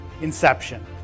inception